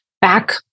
back